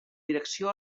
direcció